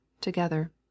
together